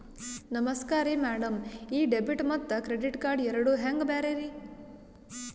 ನಮಸ್ಕಾರ್ರಿ ಮ್ಯಾಡಂ ಈ ಡೆಬಿಟ ಮತ್ತ ಕ್ರೆಡಿಟ್ ಕಾರ್ಡ್ ಎರಡೂ ಹೆಂಗ ಬ್ಯಾರೆ ರಿ?